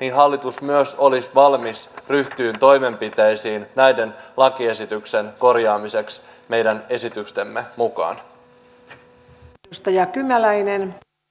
niin hallitus myös olisi valmis ryhtymään toimenpiteisiin näiden lakiesityksen korjaamiseksi meidän esitystemme mukaan